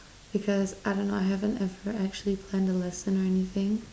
because I don't know I haven't ever actually planned a lesson or anything